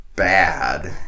bad